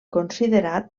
considerat